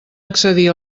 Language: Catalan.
accedir